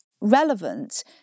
relevant